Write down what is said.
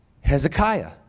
Hezekiah